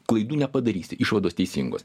klaidų nepadarysi išvados teisingos